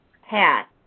hat